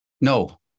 no